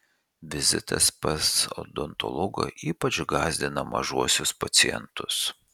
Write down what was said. vizitas pas odontologą ypač gąsdina mažuosius pacientus